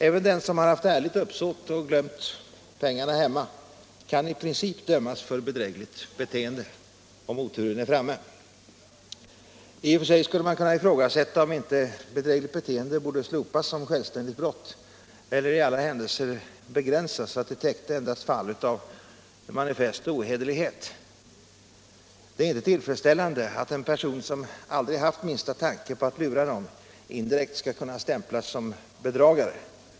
Även den som haft ärligt uppsåt men glömt pengarna hemma kan i princip dömas för bedrägligt beteende — om oturen är framme. I och för sig skulle man kunna ifrågasätta om inte bedrägligt beteende borde slopas som självständigt brott eller i alla händelser begränsas så att det täckte endast fall av manifest ohederlighet. Det är ju inte tillfredsställande att en person som aldrig haft minsta tanke på att lura någon indirekt skall kunna stämplas som bedragare.